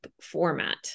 format